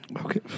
Okay